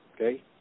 okay